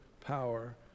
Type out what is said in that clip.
power